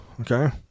okay